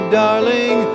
darling